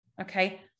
Okay